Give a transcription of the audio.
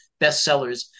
bestsellers